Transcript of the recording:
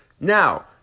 Now